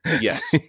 Yes